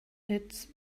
its